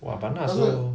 !wah! but 那时候